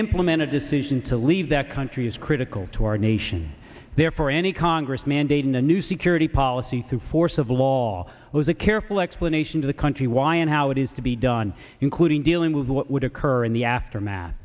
implemented decision to leave that country is critical to our nation therefore any congress mandating a new security policy through force of law was a careful explanation to the country why and how it is to be done including dealing with what would occur in the aftermath